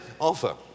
offer